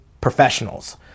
professionals